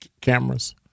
cameras